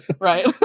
right